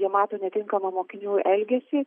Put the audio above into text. jie mato netinkamą mokinių elgesį